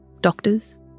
Doctors